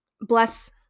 bless